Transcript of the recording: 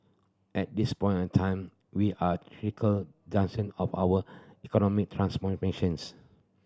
at this point a time we are critical of our economic transformations